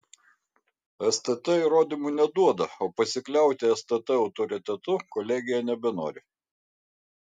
stt įrodymų neduoda o pasikliauti stt autoritetu kolegija nebenori